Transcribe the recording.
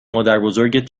مادربزرگت